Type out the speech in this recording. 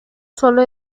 solo